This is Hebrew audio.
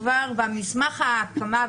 כבר במסמך ההקמה,